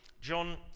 John